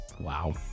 Wow